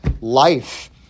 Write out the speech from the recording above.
life